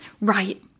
Right